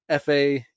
FA